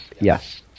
Yes